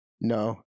no